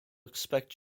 expect